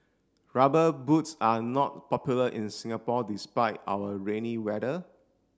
rubber boots are not popular in Singapore despite our rainy weather